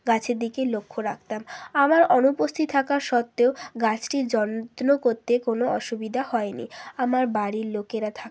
গাছের দিকে লক্ষ রাখতাম আমার অনুপস্থিত থাকা সত্ত্বেও গাছটির যত্ন করতে কোনো অসুবিধা হয়নি আমার বাড়ির লোকেরা থাকত